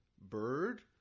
bird